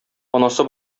анасы